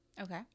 Okay